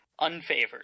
unfavored